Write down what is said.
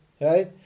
right